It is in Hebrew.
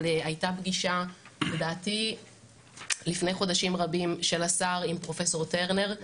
אבל הייתה פגישה לדעתי לפני חודשים רבים של השר עם פרופ' טרנר.